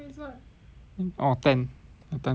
orh ten the timetable